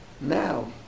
Now